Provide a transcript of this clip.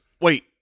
Wait